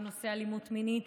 בנושא אלימות מינית.